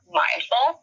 mindful